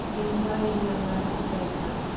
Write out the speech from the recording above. anxiety on that of the banker,